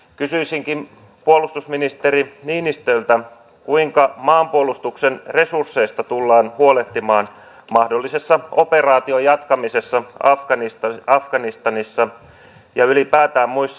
kysyisinkin puolustusministeri niinistöltä kuinka maanpuolustuksen resursseista tullaan huolehtimaan mahdollisessa operaation jatkamisessa afganistanissa ja ylipäätään muissa operaatioissa